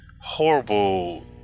horrible